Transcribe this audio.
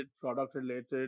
product-related